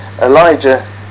Elijah